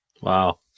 Wow